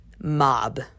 mob